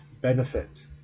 benefit